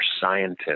scientists